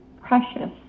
precious